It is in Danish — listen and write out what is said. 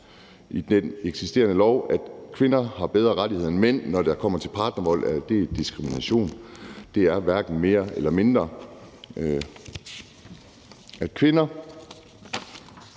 i den eksisterende lov. At kvinder har bedre rettigheder end mænd, når det kommer til partnervold, er diskrimination; det er hverken mere eller mindre. At kvinder